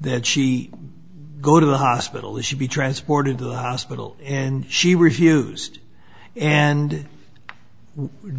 that she go to the hospital or should be transported to the hospital and she refused and